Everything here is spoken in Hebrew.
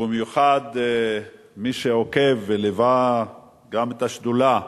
ובמיוחד מי שעוקב וליווה גם את השדולה,